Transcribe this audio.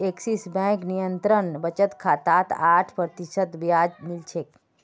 axis bank निरंतर बचत खातात आठ प्रतिशत ब्याज मिल छेक